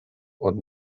und